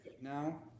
now